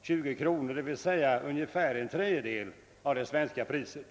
20 kronor, d.v.s. ungefär en tredjedel av det svenska priset. Herr talman!